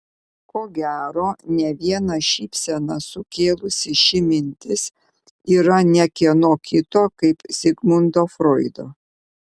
ko gero ne vieną šypseną sukėlusi ši mintis yra ne kieno kito kaip zigmundo froido